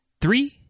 three